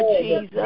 Jesus